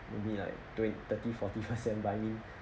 maybe like twen~ thirty forty percent by me